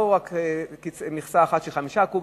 לא רק מכסה אחת של 5 קוב,